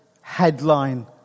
headline